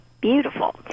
beautiful